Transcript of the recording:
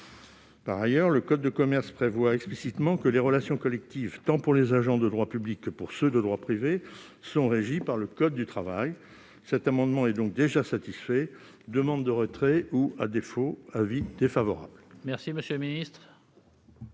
Par ailleurs, le code de commerce prévoit explicitement que les relations collectives, tant pour les agents de droit public que pour ceux de droit privé, sont régies par le code du travail. Cet amendement est donc déjà satisfait. La commission en demande le retrait ; à défaut, elle émettra un avis défavorable.